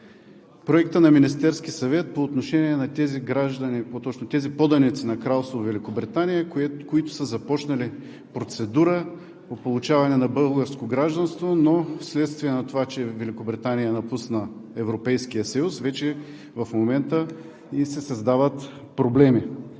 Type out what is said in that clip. Проекта на Министерския съвет по отношение на тези граждани, по-точно тези поданици на Кралство Великобритания, които са започнали процедура по получаване на българско гражданство, но следствие на това, че Великобритания напусна Европейския съюз, се създават проблеми.